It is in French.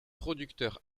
producteur